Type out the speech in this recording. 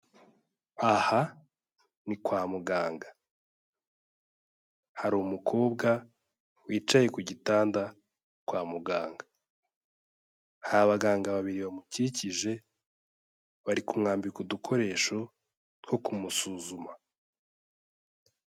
Aha ni kwa muganga, hari umukobwa wicaye ku gitanda kwa muganga, hari abaganga babiri bamukikije, bari kumwambika udukoresho two kumusuzuma.